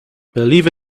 believe